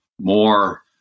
more